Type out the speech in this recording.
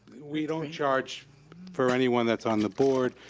we don't charge for anyone that's on the board,